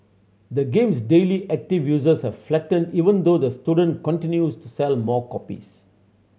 the game's daily active users has flattened even though the student continues to sell more copies